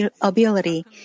ability